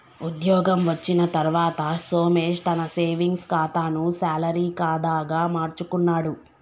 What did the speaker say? ఉద్యోగం వచ్చిన తర్వాత సోమేశ్ తన సేవింగ్స్ కాతాను శాలరీ కాదా గా మార్చుకున్నాడు